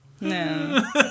no